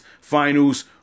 Finals